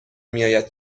میآید